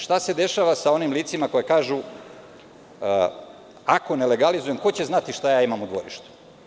Šta se dešava sa onim licima koja kažu – ako ne legalizujem, ko će znati šta imam u dvorištu?